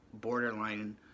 borderline